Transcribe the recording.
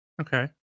Okay